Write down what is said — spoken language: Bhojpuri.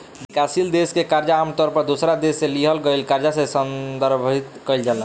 विकासशील देश के कर्जा आमतौर पर दोसरा देश से लिहल गईल कर्जा से संदर्भित कईल जाला